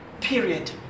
period